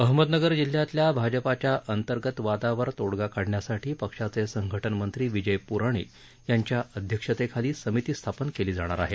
अहमदनगर जिल्ह्यातल्या भाजपाच्या अंतर्गत वादावर तोडगा काढण्यासाठी पक्षाचे संघटनमंत्री विजय प्राणिक यांच्या अध्यक्षतेखाली समिती स्थापन केली जाणार आहे